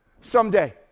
someday